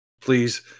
please